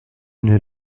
une